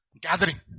Gathering